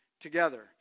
together